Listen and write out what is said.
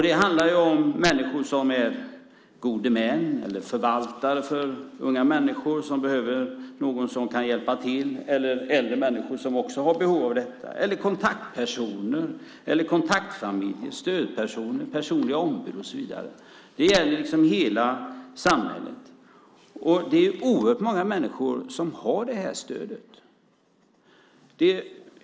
Det handlar om människor som är gode män, förvaltare för unga människor som behöver någon som kan hjälpa till eller äldre människor som också har behov av detta, kontaktpersoner, kontaktfamiljer, stödpersoner, personliga ombud och så vidare. Det gäller hela samhället. Det är oerhört många människor som har det här stödet.